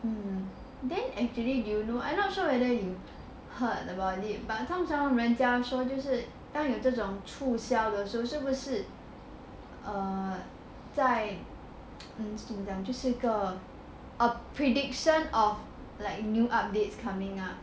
then actually do you know I'm not sure whether you heard about it but 通常人家说就是当有这种促销的时候是不是 err 在是个 a prediction of like new updates coming up lah